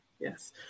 Yes